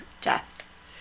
death